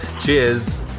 cheers